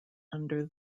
under